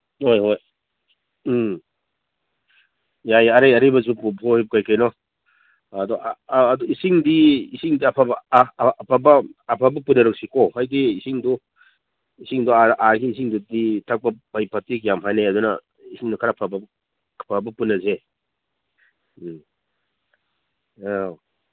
ꯍꯣꯏ ꯍꯣꯏ ꯎꯝ ꯌꯥꯏ ꯑꯔꯩ ꯑꯔꯩꯕꯁꯨ ꯀꯩꯀꯩꯅꯣ ꯑꯗꯣ ꯏꯁꯤꯡꯗꯤ ꯑꯐꯕ ꯄꯨꯅꯔꯛꯁꯤꯀꯣ ꯍꯥꯏꯗꯤ ꯏꯁꯤꯡꯗꯣ ꯏꯁꯤꯡꯗꯣ ꯑꯥꯒꯤ ꯏꯁꯤꯡꯗꯨꯗꯤ ꯊꯛꯄ ꯐꯩ ꯐꯠꯇꯦꯒ ꯌꯥꯝ ꯍꯥꯏꯅꯩ ꯑꯗꯨꯅ ꯏꯁꯤꯡ ꯈꯔ ꯐꯕ ꯑꯐꯕ ꯄꯨꯅꯁꯦ ꯎꯝ ꯑꯧ